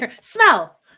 Smell